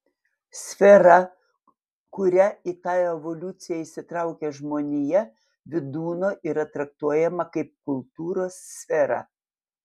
sfera kuria į tą evoliuciją įsitraukia žmonija vydūno yra traktuojama kaip kultūros sfera